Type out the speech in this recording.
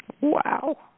Wow